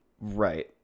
Right